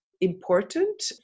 important